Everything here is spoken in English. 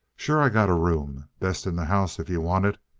sure i got a room. best in the house, if you want it.